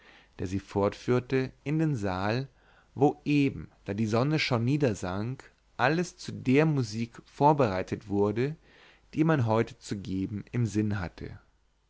der sie fortführte in den saal wo eben da die sonne schon niedersank alles zu der musik vorbereitet wurde die man heute zu geben im sinne hatte